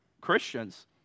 Christians